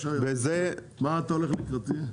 במה אתה הולך לקראתי?